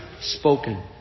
spoken